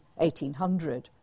1800